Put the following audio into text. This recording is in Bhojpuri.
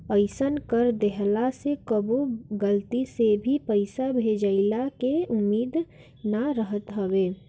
अइसन कर देहला से कबो गलती से भे पईसा भेजइला के उम्मीद ना रहत हवे